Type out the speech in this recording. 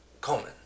Coleman